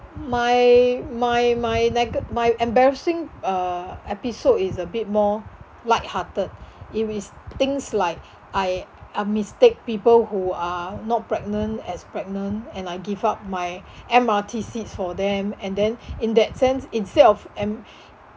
my my my nega~ my embarrassing uh episode is a bit more lighthearted it is things like I I mistake people who are not pregnant as pregnant and I give up my M_R_T seats for them and then in that sense instead of em~